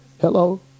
Hello